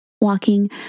walking